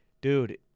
Dude